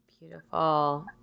Beautiful